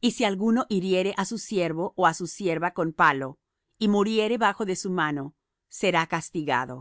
y si alguno hiriere á su siervo ó á su sierva con palo y muriere bajo de su mano será castigado